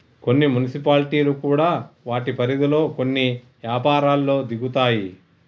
కొన్ని మున్సిపాలిటీలు కూడా వాటి పరిధిలో కొన్ని యపారాల్లో దిగుతాయి